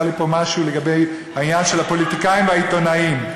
היה לי פה משהו לגבי העניין של הפוליטיקאים והעיתונאים.